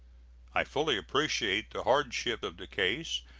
i fully appreciate the hardship of the case,